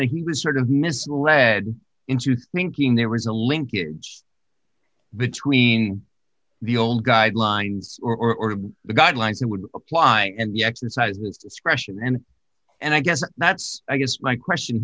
that he was sort of misled into thinking there was a linkage between the old guidelines or the guidelines that would apply and you exercise it's question then and i guess that's i guess my question